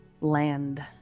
land